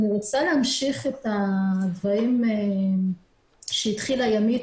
אני רוצה להמשיך את הדברים של ימית